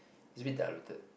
is a bit diluted